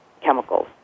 chemicals